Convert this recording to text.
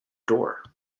door